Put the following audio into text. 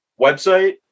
website